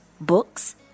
books